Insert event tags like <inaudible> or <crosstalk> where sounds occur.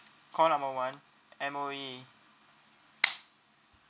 call number one M_O_E <noise>